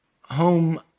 home